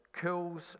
kills